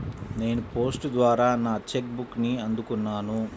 నేను పోస్ట్ ద్వారా నా చెక్ బుక్ని అందుకున్నాను